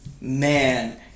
Man